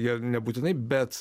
jie nebūtinai bet